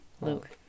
Luke